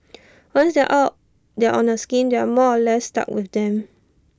once they're are they're on A scheme they are more or less stuck with them